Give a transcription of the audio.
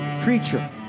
creature